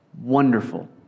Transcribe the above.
wonderful